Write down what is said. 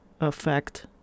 effect